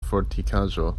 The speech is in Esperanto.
fortikaĵo